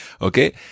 Okay